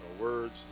Words